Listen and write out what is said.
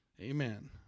Amen